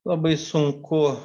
labai sunku